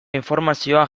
informazioa